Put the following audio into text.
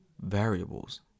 variables